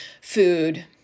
food